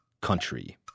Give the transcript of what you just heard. country